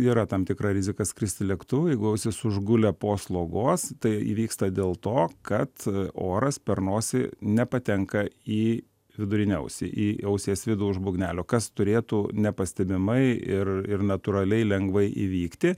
yra tam tikra rizika skristi lėktuvu jeigu ausis užgulė po slogos tai įvyksta dėl to kad oras per nosį nepatenka į vidurinę ausį į ausies vidų už būgnelio kas turėtų nepastebimai ir ir natūraliai lengvai įvykti